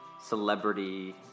celebrity